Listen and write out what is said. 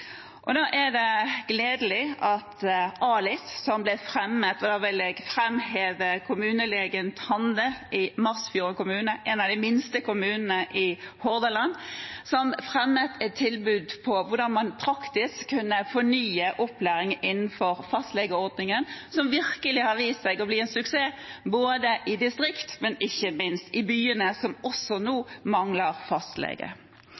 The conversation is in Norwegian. er det gledelig at ALIS og kommunelege Tande, som jeg vil framheve, i Masfjorden kommune, en av de minste kommunene i Hordaland, fremmet et forslag om hvordan man praktisk kunne fornye opplæringen innenfor fastlegeordningen, som virkelig har vist seg å bli en suksess både i distriktene og ikke minst i byene, som nå også